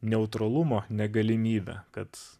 neutralumo negalimybę kad